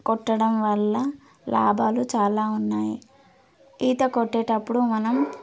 కొట్టడం వల్ల లాభాలు చాలా ఉన్నాయి ఈత కొట్టేటప్పుడు మనం